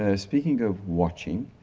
ah speaking of watching,